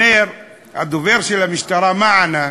אומר הדובר של המשטרה, מה ענה?